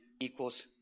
equals